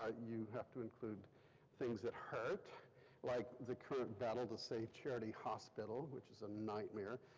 ah you have to include things that hurt like the current battle to save charity hospital, which is a nightmare.